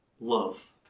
love